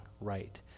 right